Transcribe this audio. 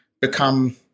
become